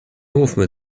mówmy